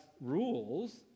rules